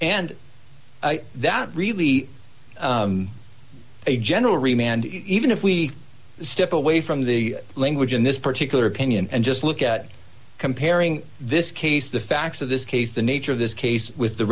and that really a general remained even if we step away from the language in this particular opinion and just look at comparing this case the facts of this case the nature of this case with the